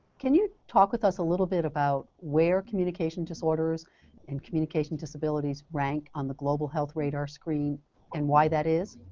can you talk with us a little bit about where communication disorders and communication disabilities rank on the global health radar screen and why that is?